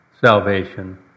salvation